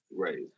Right